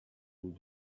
and